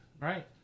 Right